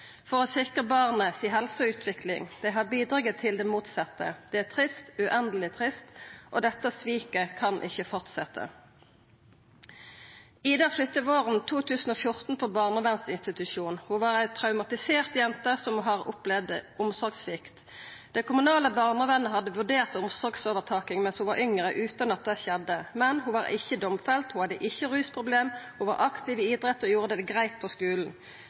for å sikra barnet si helse og utvikling. Dei har bidratt til det motsette. Det er trist, uendeleg trist. Dette sviket kan ikkje fortsetja. «Ida» flytta våren 2014 på barnevernsinstitusjon. Ho var ei traumatisert jente som hadde opplevd omsorgssvikt. Det kommunale barnevernet hadde vurdert omsorgsovertaking mens ho var yngre, utan at det skjedde. Men ho var ikkje domfelt, ho hadde ikkje rusproblem, ho var aktiv i idrett og gjorde det greitt på skulen.